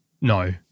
no